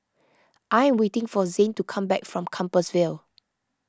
I waiting for Zayne to come back from Compassvale